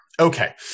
Okay